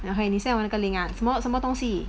okay ah 你 send 我那个 link ah 什么什么东西